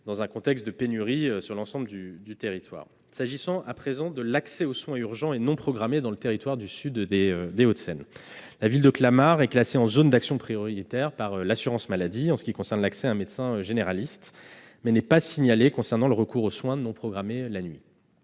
dans un contexte de pénurie sur l'ensemble du territoire. S'agissant, à présent, de l'accès aux soins urgents et non programmés dans le territoire du sud des Hauts-de-Seine, vous n'êtes pas sans savoir que la ville de Clamart est classée en zone d'action prioritaire par l'assurance maladie en ce qui concerne l'accès à un médecin généraliste, mais n'est pas signalée concernant le recours aux soins non programmés la nuit.